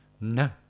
no